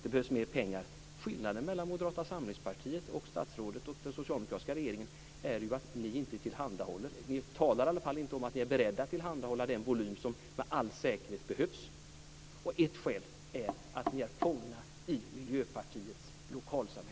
Det behövs mer pengar. Skillnaden mellan Moderata samlingspartiet och statsrådet och den socialdemokratiska regeringen är att ni inte talar om att ni är beredda att tillhandahålla den volym som med all säkerhet behövs. Ett skäl är att ni är fångna i